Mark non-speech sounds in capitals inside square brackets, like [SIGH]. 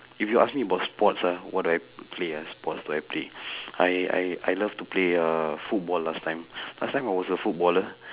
if you ask me about sports ah what do I play ah sports do I play I I love to play uh football last time [BREATH] last time I was a footballer [BREATH]